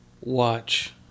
watch